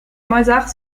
mozart